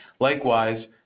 Likewise